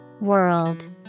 World